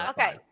Okay